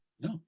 No